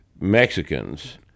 Mexicans